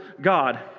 God